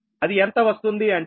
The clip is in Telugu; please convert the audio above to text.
అది ఎంత వస్తుంది అంటే 9